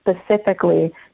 specifically